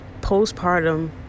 Postpartum